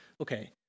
Okay